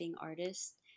artist